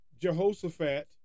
Jehoshaphat